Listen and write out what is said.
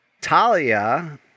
Talia